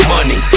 Money